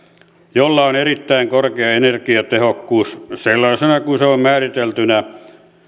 jolla on erittäin korkea energiatehokkuus sellaisena kuin se on määriteltynä